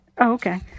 Okay